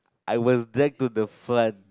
I was dragged to the front